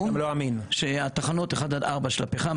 שתחנות 1-4 של הפחם,